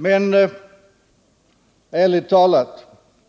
Men - ärligt talat